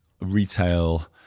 retail